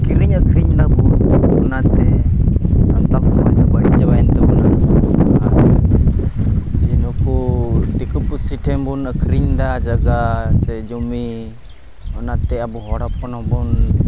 ᱠᱤᱨᱤᱧ ᱟᱹᱠᱷᱨᱤᱧ ᱫᱚ ᱚᱱᱟᱛᱮ ᱱᱩᱠᱩ ᱫᱤᱠᱩ ᱯᱩᱥᱤ ᱴᱷᱮᱱ ᱵᱚᱱ ᱟᱹᱠᱷᱨᱤᱧᱫᱟ ᱡᱟᱭᱜᱟ ᱥᱮ ᱡᱩᱢᱤ ᱚᱱᱟᱛᱮ ᱟᱵᱚ ᱦᱚᱲ ᱦᱚᱯᱚᱱ ᱦᱚᱸᱵᱚᱱ